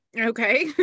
Okay